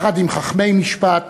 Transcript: יחד עם חכמי משפט,